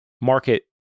market